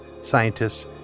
scientists